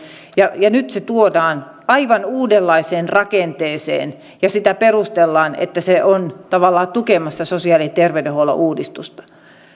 ja ja tuodaan nyt aivan uudenlaiseen rakenteeseen ja sitä perustellaan että se on tavallaan tukemassa sosiaali ja terveydenhuollon uudistusta